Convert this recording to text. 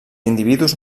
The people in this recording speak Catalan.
individus